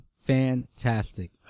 fantastic